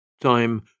Time